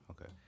Okay